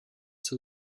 zur